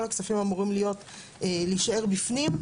כל הכספים אמורים להישאר בפנים,